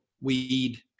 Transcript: weed